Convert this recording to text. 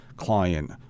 client